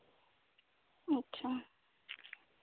ᱟᱪᱪᱷᱟ